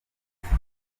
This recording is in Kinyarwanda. mwiza